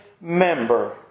member